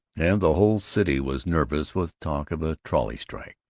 and the whole city was nervous with talk of a trolley strike,